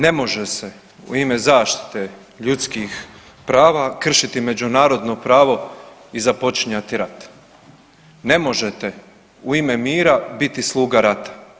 Ne može se u ime zaštite ljudskih prava kršiti međunarodno pravo i započinjati rat, ne možete u ime mira biti sluga rata.